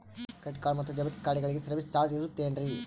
Credit card ಮತ್ತು debit ಕಾರ್ಡಗಳಿಗೆ service charge ಇರುತೇನ್ರಿ?